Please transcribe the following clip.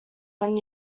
when